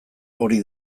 hori